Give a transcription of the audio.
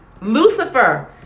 Lucifer